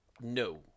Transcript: No